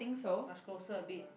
must closer a bit